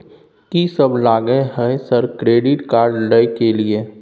कि सब लगय हय सर क्रेडिट कार्ड लय के लिए?